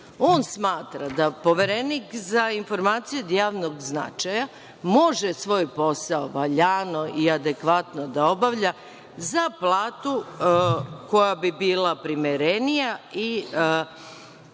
On smatra da Poverenik za informacije od javnog značaja može svoj posao valjano i adekvatno da obavlja za platu koja bi bila primerenija i